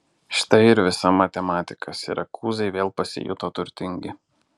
štai ir visa matematika sirakūzai vėl pasijuto turtingi